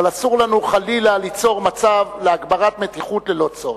אבל אסור לנו חלילה ליצור מצב של הגברת מתיחות ללא צורך.